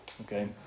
okay